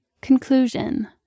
Conclusion